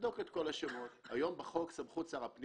נכנס אלינו ראש מועצת מטולה,